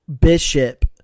bishop